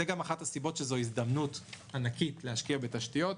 זאת גם אחת הסיבות שזו הזדמנות ענקית להשקיע בתשתיות,